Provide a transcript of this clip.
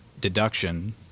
deduction